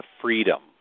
freedom